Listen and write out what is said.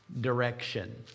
direction